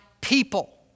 people